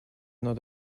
not